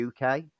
uk